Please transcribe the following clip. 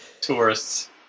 Tourists